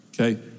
Okay